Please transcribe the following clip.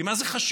כי מה זה חשוב,